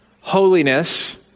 Holiness